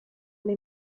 alla